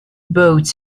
boats